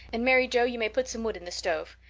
and, mary joe, you may put some wood in the stove.